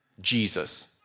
Jesus